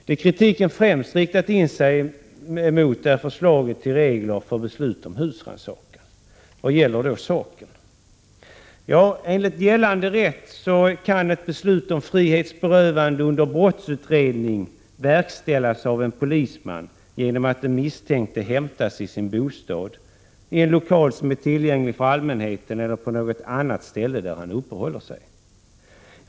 Det kritiken främst riktar sig mot är förslaget till regler om beslut om husrannsakan. Vad gäller då saken? Enligt gällande rätt kan beslut om frihetsberövande under brottsutredning verkställas av polisman genom att den misstänkte hämtas i sin bostad, i en lokal som är tillgänglig för allmänheten eller på något annat ställe där han uppehåller sig.